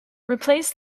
replace